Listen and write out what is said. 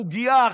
אבל עוגייה,